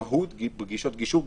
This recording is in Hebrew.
פגישות מהו"ת, פגישות גישור.